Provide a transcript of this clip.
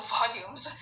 volumes